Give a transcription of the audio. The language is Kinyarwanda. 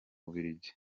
bubiligi